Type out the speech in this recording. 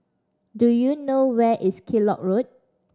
do you know where is Kellock Road